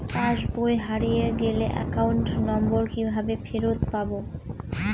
পাসবই হারিয়ে গেলে account number কিভাবে ফেরত পাব?